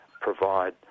provide